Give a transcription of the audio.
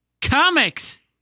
Comics